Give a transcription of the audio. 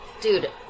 Dude